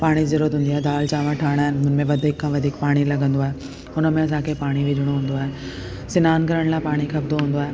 पाणी जी ज़रूरत हूंदी आहे दालि चांवर ठाहिणा आहिनि हुनमें वधीक खां वधीक पाणी लॻंदो आहे हुनमें असांखे पाणी विझणो हूंदो आहे सनानु करण लाइ पाणी खपंदो हूंदो आहे